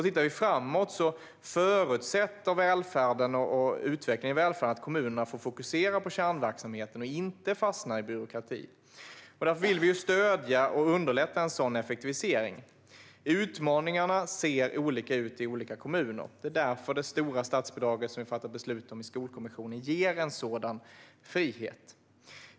Tittar vi framåt förutsätter välfärden och utvecklingen av välfärden att kommunerna får fokusera på kärnverksamheten och inte fastna i byråkrati. Därför vill vi stödja och underlätta en sådan effektivisering. Utmaningarna ser olika ut i olika kommuner. Det är därför det stora statsbidrag som vi fattar beslut om i Skolkommissionen ger en sådan frihet.